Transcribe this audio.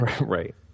Right